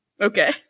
okay